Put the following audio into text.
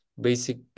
basic